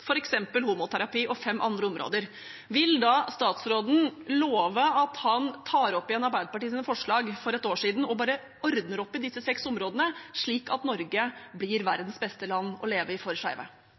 homoterapi og fem andre områder. Vil statsråden love at han tar opp igjen Arbeiderpartiets forslag fra et år tilbake og bare ordner opp i disse seks områdene, slik at Norge blir